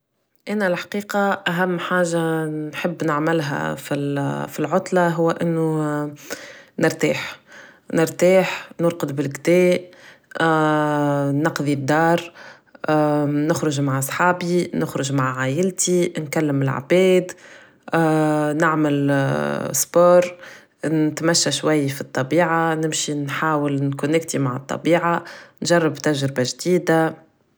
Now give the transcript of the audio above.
انا الحقيقة اهم حاجة نحب نعملها فالعطلة هي انو نرتاح نرتاح نرڨد بالڨدا نخرج مع صحابي نخرج مع عايلتي نكمل العباد نعمل سبور نتمى شويا فطبيعة نمشي نحاول نكونيكتي مع طبيعة نجرب تجربة جديدة